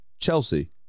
Chelsea